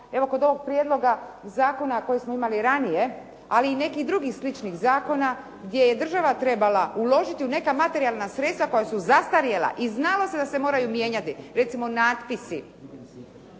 evo kod ovog prijedloga zakona koji smo imali ranije ali i nekih drugih sličnih zakona gdje je država trebala uložiti u neka materijalna sredstva koja su zastarjela i znalo se da se moraju mijenjati. Recimo natpisi.